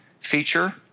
feature